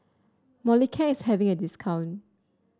molicare is having a discount